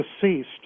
deceased